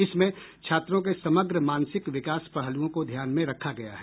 इसमें छात्रों के समग्र मानसिक विकास पहलुओं को ध्यान में रखा गया है